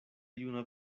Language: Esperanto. juna